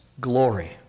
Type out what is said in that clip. glory